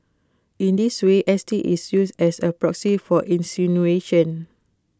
in this way S T is used as A proxy for insinuation